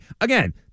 Again